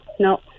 No